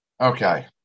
Okay